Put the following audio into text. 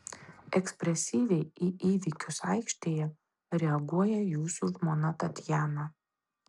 ekspresyviai į įvykius aikštėje reaguoja jūsų žmona tatjana